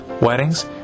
weddings